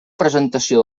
presentació